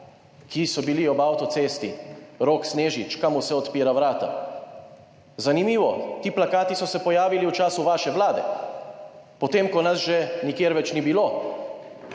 ki so bili ob avtocesti: "Rok Snežič, komu se odpira vrata?" Zanimivo, ti plakati so se pojavili v času vaše vlade potem, ko nas že nikjer več ni bilo.